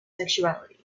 sexuality